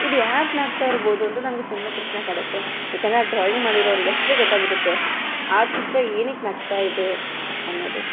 ಇದು ಯಾಕೆ ನಗ್ತಾ ಇರ್ಬೋದು ಅಂತ ನನಗೆ ತುಂಬ ಪ್ರಶ್ನೆ ಕಾಡುತ್ತೆ ಯಾಕಂದರೆ ಆ ಡ್ರಾಯಿಂಗ್ ಮಾಡಿರೋರ್ಗೆ ಅಷ್ಟೇ ಗೊತ್ತಾಗಿರುತ್ತೆ ಆ ಚಿತ್ರ ಏನಿಕ್ಕೆ ನಗ್ತಾ ಇದೆ ಅನ್ನೋದು